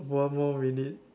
one more minute